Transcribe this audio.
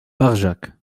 barjac